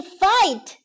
fight